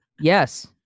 Yes